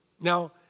Now